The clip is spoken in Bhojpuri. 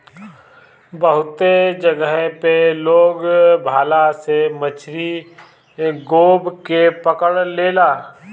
बहुते जगह पे लोग भाला से मछरी गोभ के पकड़ लेला